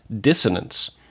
dissonance